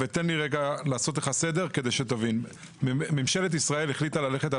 תן לי רגע לעשות לך סדר כדי שתבין: ממשלת ישראל החליטה ללכת על